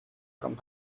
from